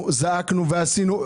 זעקנו ועשינו.